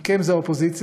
"מכם" זה האופוזיציה,